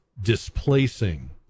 displacing